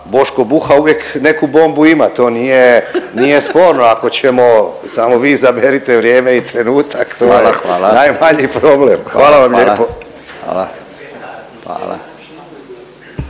Boško Buha uvijek neku bombu ima, to nije, nije sporno, ako ćemo, samo vi izaberite vrijeme i trenutak, to je … .../Upadica: Hvala, hvala./...